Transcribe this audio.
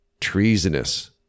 treasonous